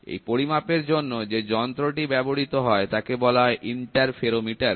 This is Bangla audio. এই পরিমাপের জন্য যে যন্ত্রটি ব্যবহৃত হয় তাকে বলা হয় ইন্টারফেরোমিটার